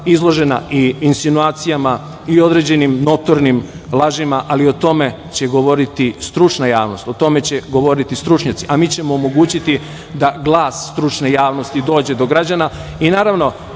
izložena i insinuacijama i određenim notornim lažima, ali o tome će govoriti stručna javnost, o tome će govoriti stručnjaci, a mi ćemo omogućiti da glas stručne javnosti dođe do građana. Naravno